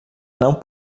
não